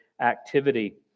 activity